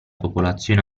popolazione